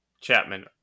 Chapman